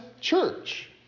church